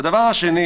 הדבר השני,